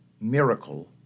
miracle